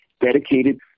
dedicated